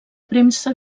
premsa